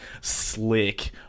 slick